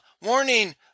warning